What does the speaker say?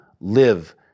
live